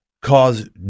cause